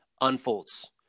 unfolds